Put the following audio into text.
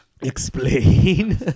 Explain